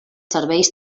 serveis